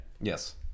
Yes